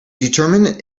determinant